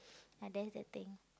ah that's the thing